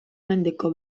mendeko